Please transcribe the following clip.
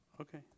Okay